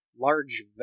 large